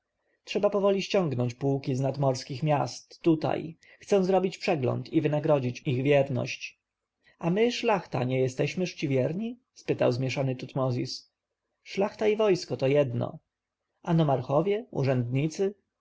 trzeba powoli ściągnąć pułki z nadmorskich miast tutaj chcę zrobić przegląd i wynagrodzić ich wierność a my szlachta nie jesteśmyż ci wierni spytał zmieszany tutmozis szlachta i wojsko to jedno a nomarchowie urzędnicy